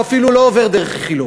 הוא אפילו לא עובר דרך איכילוב,